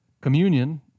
Communion